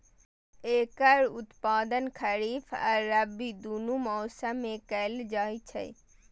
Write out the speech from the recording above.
एकर उत्पादन खरीफ आ रबी, दुनू मौसम मे कैल जाइ छै